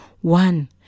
One